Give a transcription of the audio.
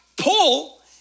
Paul